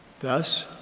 Thus